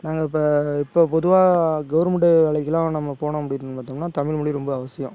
நாங்கள் இப்போ இப்போ பொதுவாக கவர்மெண்ட்டு வேலைக்கெல்லாம் நம்ம போனோம் அப்படின்னு பார்த்தோம்னா தமிழ் மொழி ரொம்ப அவசியம்